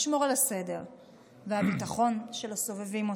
לשמור על הסדר והביטחון של הסובבים אותו.